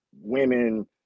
women